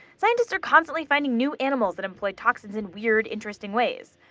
scientists are constantly finding new animals that employ toxins in weird, interesting ways.